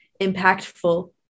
impactful